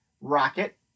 Rocket